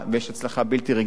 יש הצלחה בלתי רגילה.